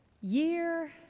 Year